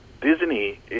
Disney